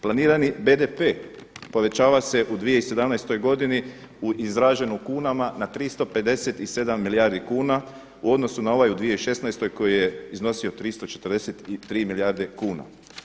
Planirani BDP povećava se u 2017. godini izražen u kunama na 357 milijardi kuna u odnosu na ovaj u 2016. koji je iznosio 343 milijarde kuna.